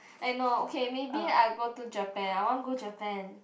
I know okay maybe I go to Japan I want go Japan